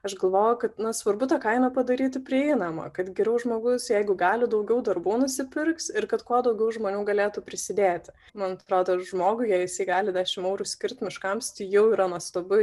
aš galvoju kad na svarbu tą kainą padaryti prieinamą kad geriau žmogus jeigu gali daugiau darbų nusipirks ir kad kuo daugiau žmonių galėtų prisidėti man atrodo žmogui jei jisai gali dešim eurų skirt miškams tai jau yra nuostabu